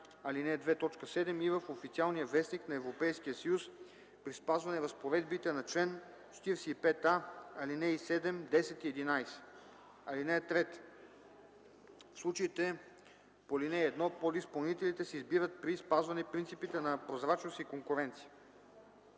ал. 2, т. 7 – и в „Официален вестник” на Европейския съюз при спазване разпоредбите на чл. 45а, ал. 7, 10 и 11. (3) В случаите по ал. 1 подизпълнителите се избират при спазване принципите на прозрачност и конкуренция.